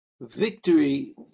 victory